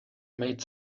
made